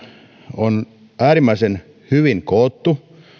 on äärimmäisen hyvin koottu